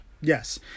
Yes